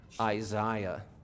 Isaiah